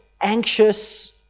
anxious